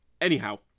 anyhow